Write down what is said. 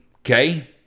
okay